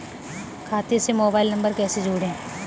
खाते से mobile number कैसे जोड़ें?